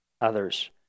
others